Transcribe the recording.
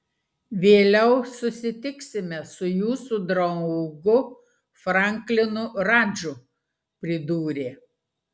vėliau susitiksime su jūsų draugu franklinu radžu pridūrė